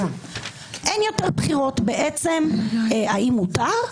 אין יותר בחירות, האם מותר?